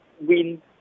win